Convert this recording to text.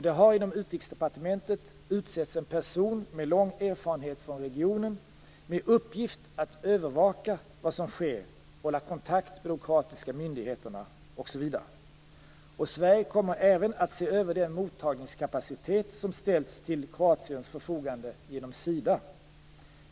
Det har inom Utrikesdepartementet utsetts en person med lång erfarenhet från regionen med uppgift att övervaka vad som sker, hålla kontakt med kroatiska myndigheter, osv. Sverige kommer även att se över den mottagningskapacitet som ställts till Kroatiens förfogande genom Sida.